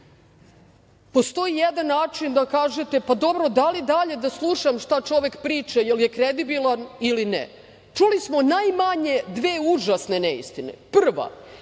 postoji jedan način da kažete - pa, dobro, da li dalje da slušam šta čovek priča, jel je kredibilan ili ne. Čuli smo najmanje dve užasne neistine. Prva,